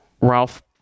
Ralph